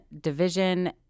division